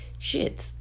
shits